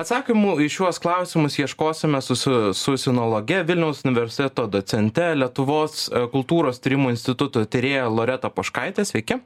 atsakymų į šiuos klausimus ieškosime su su sinologe vilniaus universiteto docente lietuvos kultūros tyrimų instituto tyrėja loreta poškaite sveiki